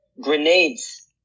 grenades